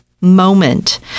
moment